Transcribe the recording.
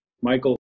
Michael